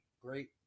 great